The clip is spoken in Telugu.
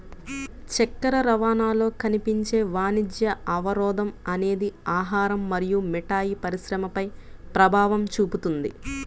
చక్కెర రవాణాలో కనిపించే వాణిజ్య అవరోధం అనేది ఆహారం మరియు మిఠాయి పరిశ్రమపై ప్రభావం చూపుతుంది